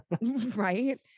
right